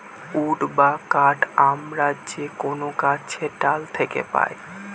would বা কাঠ আমরা যে কোনো গাছের ডাল থাকে পাই